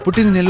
but didn't